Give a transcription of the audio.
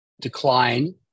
decline